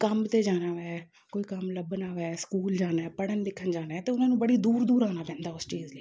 ਕੰਮ 'ਤੇ ਜਾਣਾ ਵੈ ਕੋਈ ਕੰਮ ਲੱਭਣਾ ਵੈ ਸਕੂਲ ਜਾਣਾ ਪੜ੍ਹਨ ਲਿਖਣ ਜਾਣਾ ਅਤੇ ਉਹਨਾਂ ਨੂੰ ਬੜੀ ਦੂਰ ਦੂਰ ਆਉਣਾ ਪੈਂਦਾ ਉਸ ਚੀਜ਼ ਲਈ